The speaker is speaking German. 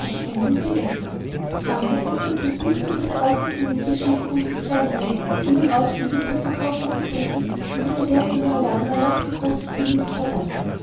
engländern wegnahm frankreich hat surcouf nicht nur diese außerordentliche schädigung des feindes sondern auch die durch den verkauf dieser prisen und die verwerthung ihrer ladungen erlangten großen summen zu verdanken